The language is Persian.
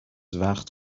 وقت